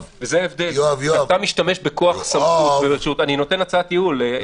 אתה משתמש בכוח סמכות --- אני נותן הצעת ייעול,